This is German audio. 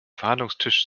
verhandlungstisch